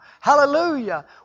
Hallelujah